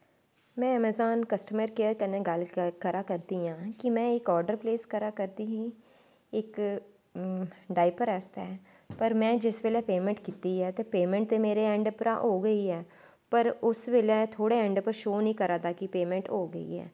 में Amazon customer care कन्नै गल्ल करा करनी आं कि में इक ऑर्डर प्लेस करा करदी ही इक डायपर आस्तै पर में जिस बेल्लै पेमेंट कीती ऐ ते पेमेंट ते मेरे एंड परा हो गई ऐ पर उस बेल्लै थुआढ़े एंड पर शो निं करा दा कि पेमेंट हो गेई ऐ